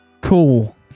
cool